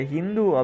Hindu